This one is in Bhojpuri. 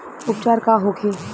उपचार का होखे?